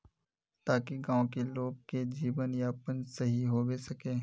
ताकि गाँव की लोग के जीवन यापन सही होबे सके?